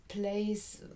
place